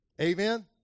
Amen